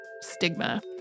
stigma